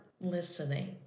listening